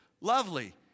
Lovely